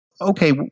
Okay